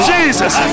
Jesus